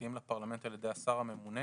תקופתיים לפרלמנט על ידי השר הממונה,